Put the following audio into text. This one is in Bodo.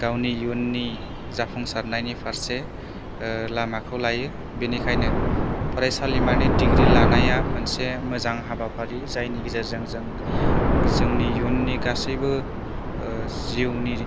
गावनि इयुननि जाफुंसारनायनि फारसे लामाखौ लायो बेनिखायनो फरायसालिमानि दिग्रि लानाया मोनसे मोजां हाबाफारि जायनि गेजेरजों जों जोंनि इयुननि गासैबो जिउनि